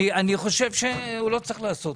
אני חושב שהוא לא צריך לעשות.